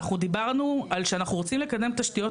אנחנו דיברנו שאנחנו רוצים לקדם תשתיות